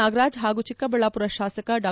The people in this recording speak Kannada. ನಾಗರಾಜ್ ಹಾಗೂ ಚಿಕ್ಕಬಳ್ದಾಮರ ಶಾಸಕ ಡಾ